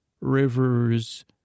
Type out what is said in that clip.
rivers